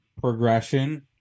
progression